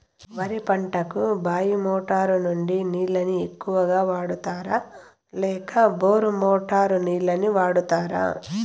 వరి పంటకు బాయి మోటారు నుండి నీళ్ళని ఎక్కువగా వాడుతారా లేక బోరు మోటారు నీళ్ళని వాడుతారా?